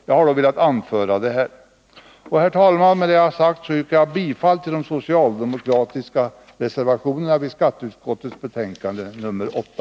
Jag har dock velat anföra detta. Herr talman! Med det jag nu har sagt yrkar jag bifall till de socialdemokratiska reservationerna vid skatteutskottets betänkande nr 8.